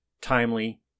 timely